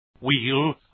Wheel